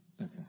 okay